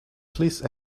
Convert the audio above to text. please